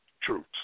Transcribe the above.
troops